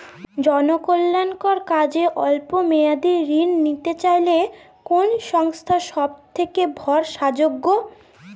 জনকল্যাণকর কাজে অল্প মেয়াদী ঋণ নিতে চাইলে কোন সংস্থা সবথেকে ভরসাযোগ্য?